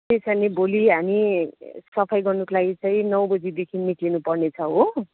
ठिकै छ नि भोलि हामी सफाइ गर्नुको लागि चाहिँ नौ बजीदेखि निक्लिनु पर्नेछ हो